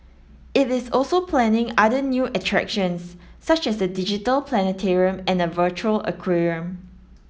it is also planning other new attractions such as the digital planetarium and a virtual aquarium